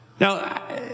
Now